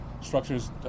structures